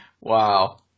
Wow